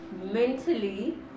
mentally